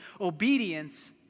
obedience